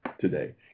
today